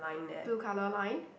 two colour line